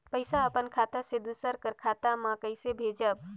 पइसा अपन खाता से दूसर कर खाता म कइसे भेजब?